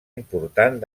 important